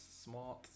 smart